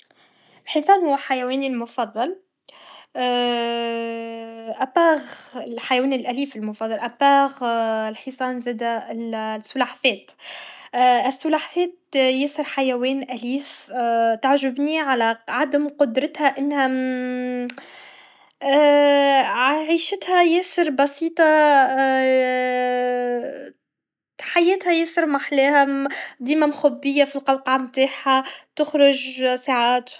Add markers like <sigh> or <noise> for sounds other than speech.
الحصان هو حيواني المفضل <hesitation> ابار الحيوان الاليف المفضل ابار الحصان زاده ال السلحفاة السلحفاة ياسر حيوان اليف تعجيني على عدم قدرتها <hesitation> عيشتها ياسر بسيطة <hesitation> تحيطها ياسر محلاها ديما مخبية فالقوقعة نتاعها تخرج ساعات